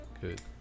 Good